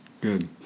Good